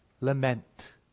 lament